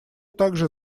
также